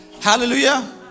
Hallelujah